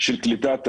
של קליטת העלייה.